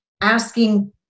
asking